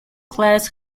class